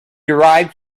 derive